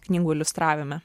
knygų iliustravime